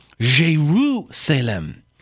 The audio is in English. Jeru-Salem